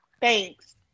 thanks